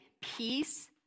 peace